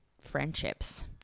friendships